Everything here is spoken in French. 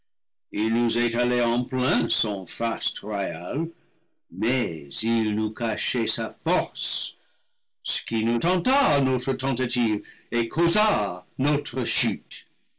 il nous étalait en plein son faste royal mais il nous cachait sa force ce qui nous tenta à notre tentative et causa notre chute